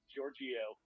Giorgio